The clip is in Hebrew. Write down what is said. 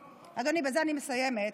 אדוני, בזה אני מסיימת.